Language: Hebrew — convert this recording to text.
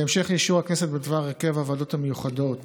בהמשך לאישור הכנסת בדבר הרכב הוועדות המיוחדות